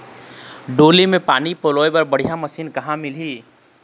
डोली म पानी पलोए बर बढ़िया मशीन कहां मिलही?